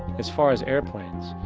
as far as airplanes,